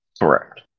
Correct